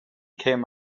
came